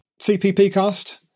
cppcast